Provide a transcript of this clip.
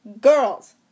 Girls